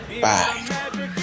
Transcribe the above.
Bye